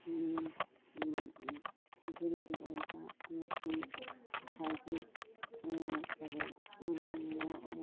ꯗꯤꯟꯒꯤ ꯑꯣꯏꯕ ꯑꯃꯁꯨꯡ ꯉꯁꯥꯏꯒꯤ ꯀꯔꯤ